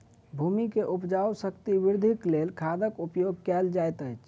भूमि के उपजाऊ शक्ति वृद्धिक लेल खादक उपयोग कयल जाइत अछि